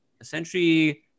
essentially